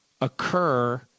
occur